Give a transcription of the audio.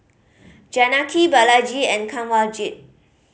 Janaki Balaji and Kanwaljit